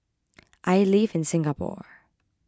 I live in Singapore